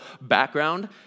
background